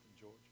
George